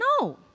No